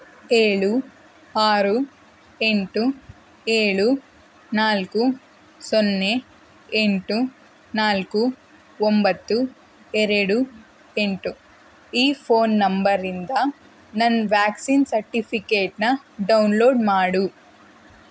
ಏಳು ಆರು ಎಂಟು ಏಳು ನಾಲ್ಕು ಸೊನ್ನೆ ಎಂಟು ನಾಲ್ಕು ಒಂಬತ್ತು ಎರಡು ಎಂಟು ಈ ಫೋನ್ ನಂಬರಿಂದ ನನ್ನ ವ್ಯಾಕ್ಸಿನ್ ಸರ್ಟಿಫಿಕೇಟನ್ನ ಡೌನ್ಲೋಡ್ ಮಾಡು